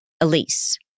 Elise